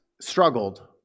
struggled